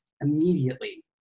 immediately